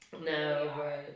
No